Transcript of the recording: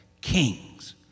kings